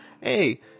Hey